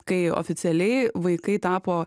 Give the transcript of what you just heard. kai oficialiai vaikai tapo